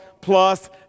plus